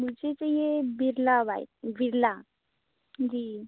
मुझे चाहिए बिरला व्हाइट बिरला जी